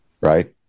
Right